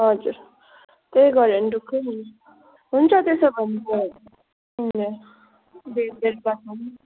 हजुर त्यही गर्यो भने ढुक्कै हुन्छ हुन्छ त्यसो भने म हजुर भेट् भेट बात मारौँ